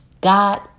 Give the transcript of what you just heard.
God